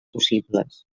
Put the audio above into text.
possibles